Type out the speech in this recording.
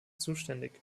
zuständig